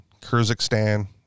Kyrgyzstan